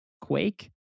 Quake